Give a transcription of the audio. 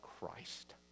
Christ